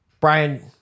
Brian